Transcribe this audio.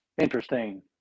Interesting